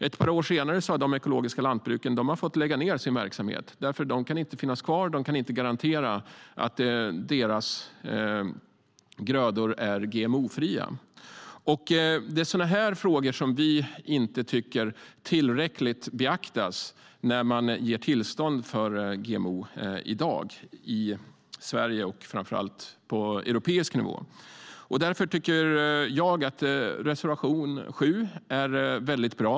Ett par år senare har de ekologiska lantbruken fått lägga ned sin verksamhet, för de kan inte finnas kvar när de inte kan garantera att deras grödor är GMO-fria. Det är sådana här frågor som vi tycker inte beaktas tillräckligt när man i dag ger tillstånd för GMO-användning i Sverige och framför allt på europeisk nivå. Därför tycker jag att reservation 7 är väldigt bra.